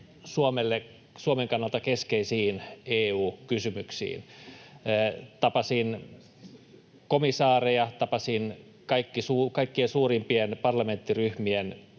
Suomen kannalta keskeisiin EU-kysymyksiin. Tapasin komissaareja, tapasin kaikkien suurimpien parlamenttiryhmien